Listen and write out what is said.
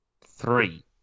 three